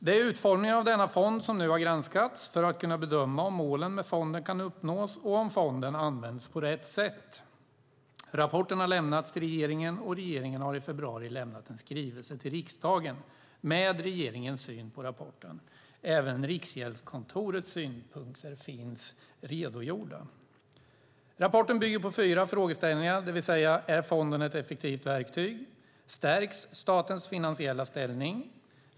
Det är utformningen av denna fond som nu har granskats för att kunna bedöma om målen med fonden kan uppnås och om fonden används på rätt sätt. Rapporten har lämnats till regeringen, och regeringen har i februari lämnat en skrivelse till riksdagen med regeringens syn på rapporten. Även Riksgäldskontorets synpunkter finns redovisade. Rapporten bygger på fyra frågeställningar. Är fonden ett effektivt verktyg? Stärks statens finansiella ställning?